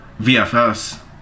VFS